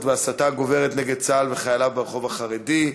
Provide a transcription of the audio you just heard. וההסתה הגוברת נגד צה״ל וחייליו ברחוב החרדי.